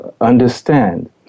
understand